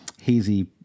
hazy